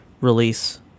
release